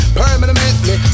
permanently